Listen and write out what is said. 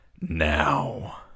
now